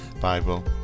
bible